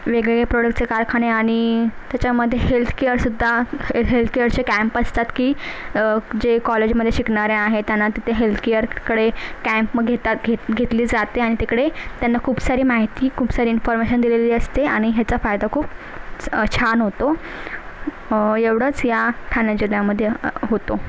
वेगळे प्रोडक्टचे कारखाने आणि त्याच्यामध्ये हेल्थकेअरसुद्धा हेल्थकेअरचे कॅम्प असतात की जे कॉलेजमध्ये शिकणाऱ्या आहेत त्यांना तिथे हेल्थकेअरकडे कॅम्प घेतात घेत घेतली जाते आणि तिकडे त्यांना खूप सारी माहिती खूप सारी इन्फर्मेशन दिलेली असते आणि ह्याचा फायदा खूप छान होतो एवढंच या ठाणे जिल्ह्यामध्ये होतो